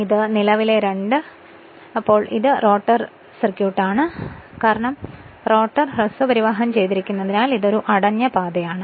ഇതാണ് നിലവിലെ 2 അതിനാൽ ഈ സാഹചര്യത്തിൽ ഇത് റോട്ടർ സർക്യൂട്ട് ആണ് കാരണം റോട്ടർ ഷോർട്ട് സർക്യൂട്ട് ചെയ്തിരിക്കുന്നതിനാൽ ഇത് ഒരു അടഞ്ഞ പാതയാണ്